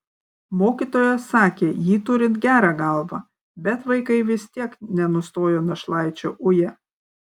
mokytojas sakė jį turint gerą galvą bet vaikai vis tiek nenustojo našlaičio uję